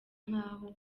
nkaho